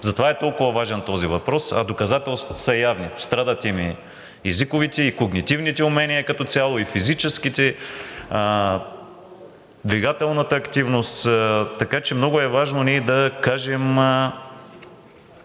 Затова е толкова важен този въпрос, а доказателствата са явни – страдат им и езиковите, и когнитивните умения като цяло, и физическите, двигателната активност. Така че много е важно ние да кажем